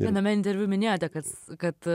viename interviu minėjote kad kad